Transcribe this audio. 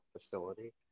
facility